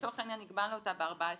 לצורך העניין הגבלנו אותה ב-14 ימים,